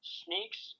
sneaks